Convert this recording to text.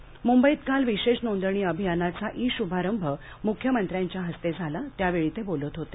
म्ंबईत काल विशेष नोंदणी अभियानाचा ई श्भारंभ म्ख्यमंत्र्यांच्या हस्ते झाला त्यावेळी ते बोलत होते